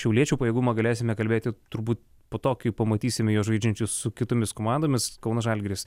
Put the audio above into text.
šiauliečių pajėgumą galėsime kalbėti turbūt po to kai pamatysime juos žaidžiančius su kitomis komandomis kauno žalgiris